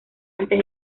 antes